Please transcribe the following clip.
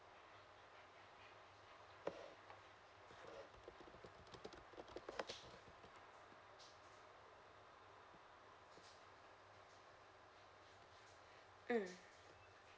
mm